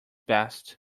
best